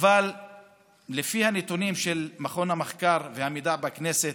אבל לפי הנתונים של מרכז המחקר והמידע בכנסת,